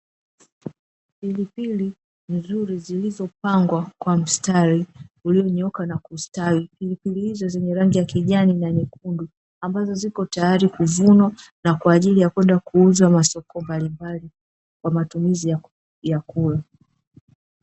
Pilipili nzuri zilizopangwa kwa mstari ulionyooka na kustawi, pilipili hizo zenye rangi ya kijani na nyekundu, ambazo ziko tayari kuvunwa na kwa ajili ya kwenda kuuzwa masoko mbalimbali kwa matumizi ya kula.